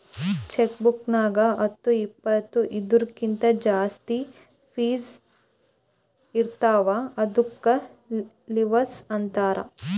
check book ನಾಗ್ ಹತ್ತು ಇಪ್ಪತ್ತು ಇದೂರ್ಕಿಂತ ಜಾಸ್ತಿ ಪೇಜ್ ಇರ್ತಾವ ಇದ್ದುಕ್ ಲಿವಸ್ ಅಂತಾರ್